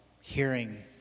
hearing